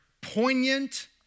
poignant